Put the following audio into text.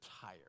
tired